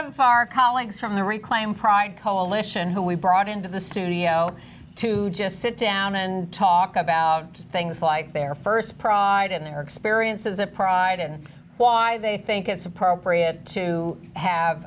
of far colleagues from the reclaim pride coalition who we brought into the studio to just sit down and talk about things like their st pride in their experiences and pride and why they think it's appropriate to have